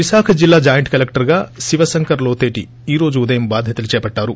విశాఖ జిల్లా జాయింట్ కలెక్షర్గా శివశంకర్ లోతేటి ఈ రోజు ఉదయం బాధ్యతలు చేపట్లారు